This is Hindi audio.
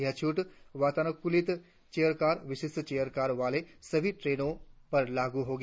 यह छूट वातानुकूलित चेयरकार विशिष्ट चेयरकार वाली सभी ट्रेनों पर लागू होगी